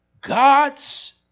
God's